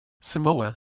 Samoa